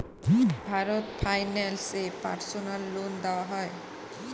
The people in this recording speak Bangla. ভারত ফাইন্যান্স এ পার্সোনাল লোন দেওয়া হয়?